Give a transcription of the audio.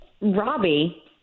Robbie